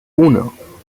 uno